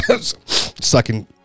sucking